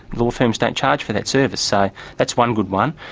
law firms don't charge for that service. so that's one good one.